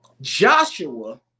Joshua